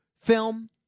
film